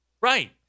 Right